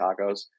tacos